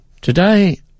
Today